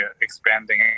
expanding